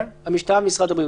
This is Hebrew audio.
המשטרה ומשרד הבריאות.